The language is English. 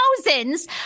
Thousands